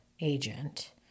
agent